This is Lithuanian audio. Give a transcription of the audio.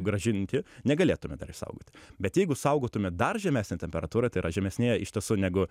grąžinti negalėtume dar išsaugoti bet jeigu saugotume dar žemesnę temperatūrą tai yra žemesnėje iš tiesų negu